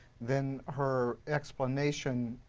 then her explanation,